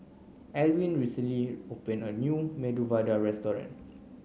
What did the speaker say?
Elwyn recently opened a new Medu Vada Restaurant